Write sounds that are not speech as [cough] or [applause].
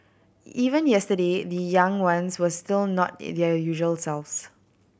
even yesterday the young ones were still not [hesitation] their usual selves